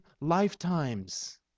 lifetimes